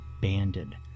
banded